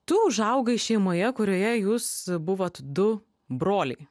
tu užaugai šeimoje kurioje jūs buvot du broliai